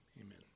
amen